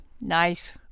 Nice